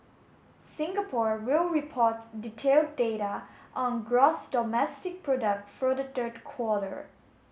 Singapore will report detailed data on gross domestic product for the third quarter